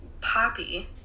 poppy